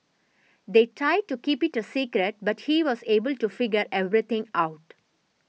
they tried to keep it a secret but he was able to figure everything out